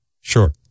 Sure